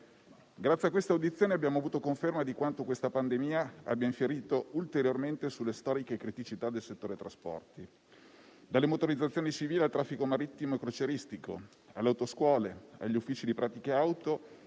Grazie a queste audizioni abbiamo avuto conferma di quanto questa pandemia abbia infierito ulteriormente sulle storiche criticità del settore trasporti, dalle motorizzazioni civili al traffico marittimo e crocieristico, alle autoscuole, agli uffici di pratiche auto